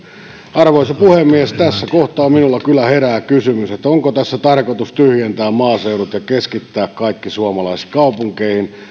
arvoisa puhemies tässä kohtaa minulla kyllä herää kysymys onko tässä tarkoitus tyhjentää maaseudut ja keskittää kaikki suomalaiset kaupunkeihin